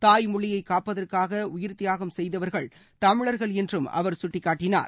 தாய்மொழியைக் காப்பதற்காக உயிர்த்தியாகம் செய்தவர்கள் தமிழர்கள் என்றும் அவர் சுட்டிக்காட்டினார்